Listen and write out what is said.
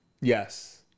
Yes